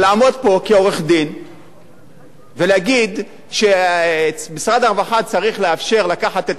ולהגיד שמשרד הרווחה צריך לאפשר לקחת את הירקות שנזרקים,